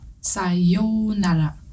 Sayonara